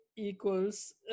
Equals